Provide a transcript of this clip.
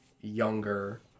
younger